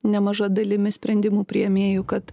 nemaža dalimi sprendimų priėmėjų kad